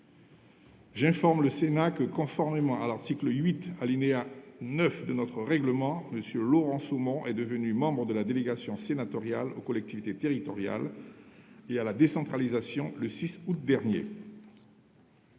J'informe le Sénat que, conformément à l'article 8, alinéa 9, de notre règlement, M. Laurent Somon est devenu membre de la délégation sénatoriale aux collectivités territoriales et à la décentralisation le 6 août dernier.